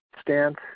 stance